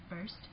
first